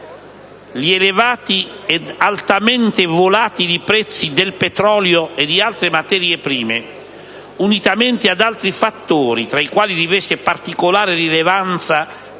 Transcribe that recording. gli elevati ed altamente volatili prezzi del petrolio e di altre materie prime, unitamente ad altri fattori, tra i quali rivestono particolare rilevanza